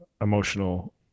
emotional